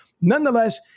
nonetheless